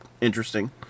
interesting